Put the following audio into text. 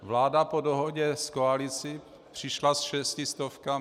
Vláda po dohodě s koalicí přišla s šesti stovkami.